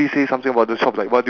eh at least end this ASAP